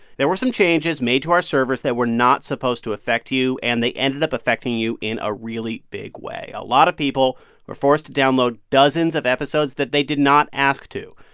there were some changes made to our servers that were not supposed to affect you, and they ended up affecting you in a really big way. a lot of people were forced to download dozens of episodes that they did not ask to.